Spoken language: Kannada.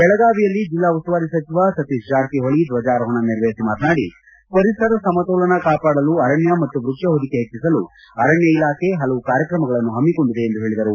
ಬೆಳಗಾವಿಯಲ್ಲಿ ಜಿಲ್ಲಾ ಉಸ್ತುವಾರಿ ಸಚಿವ ಸತೀಶ್ ಜಾರಕಿಹೊಳಿ ಧ್ವಜಾರೋಹಣ ನೆರವೇರಿಸಿ ಮಾತನಾಡಿ ಪರಿಸರ ಸಮತೋಲನ ಕಾಪಾಡಲು ಅರಣ್ಯ ಮತ್ತು ವೃಕ್ಷ ಹೊದಿಕೆ ಹೆಚ್ಚಿಸಲು ಅರಣ್ಯ ಇಲಾಖೆ ಪಲವು ಕಾರ್ಯಕ್ರಮ ಪಮ್ಮಿಕೊಂಡಿದೆ ಎಂದು ಹೇಳಿದರು